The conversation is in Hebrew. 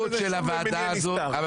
אין שום מניע נסתר.